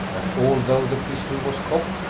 that, although the pistol was cocked,